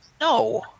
No